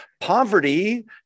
Poverty